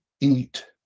eat